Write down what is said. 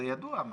זה ידוע.